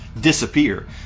disappear